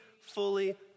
fully